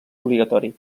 obligatori